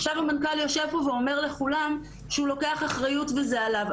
עכשיו יושב פה המנכ"ל ואומר לכולם שהוא לוקח אחריות וזה עליו,